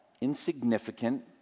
insignificant